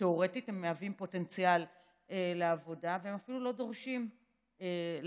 שתיאורטית מהווים פוטנציאל לעבודה והם אפילו לא דורשים לעבוד.